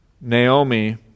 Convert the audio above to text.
Naomi